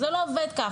אבל זה לא עובד ככה,